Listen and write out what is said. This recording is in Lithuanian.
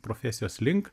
profesijos link